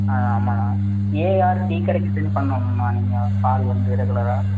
ஆ ஆமாம்ண்ணா AR tea கடைக்குன்னு send பண்ணோனுண்ணா நீங்கள் பால் வந்து ரெகுலராக